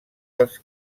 els